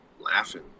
laughing